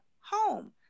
home